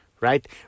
right